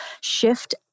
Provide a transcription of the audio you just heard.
shift